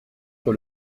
sur